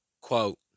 Quote